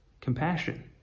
compassion